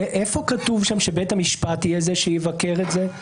איפה כתוב שם שבית המשפט יהיה זה שיבקר את זה?